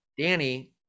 Danny